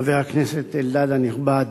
חבר הכנסת אלדד הנכבד,